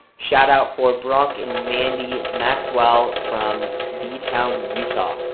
shout-out for brock and mandy maxwell from b-town, utah.